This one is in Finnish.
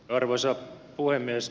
arvoisa puhemies